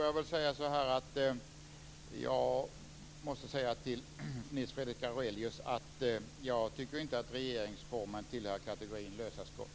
Jag måste säga till Nils Fredrik Aurelius att jag inte tycker att regeringsformen tillhör kategorin lösa skott.